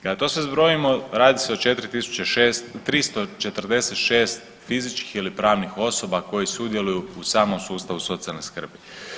Kada to sve zbrojimo radi se o 4346 fizičkih ili pravnih osoba koji sudjeluju u samom sustavu socijalne skrbi.